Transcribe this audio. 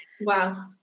Wow